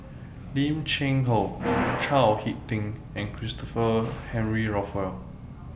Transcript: Lim Cheng Hoe Chao Hick Tin and Christopher Henry Rothwell